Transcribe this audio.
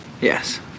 Yes